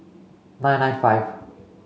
nine nine five